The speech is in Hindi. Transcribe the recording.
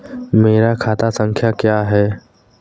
मेरा खाता संख्या क्या है?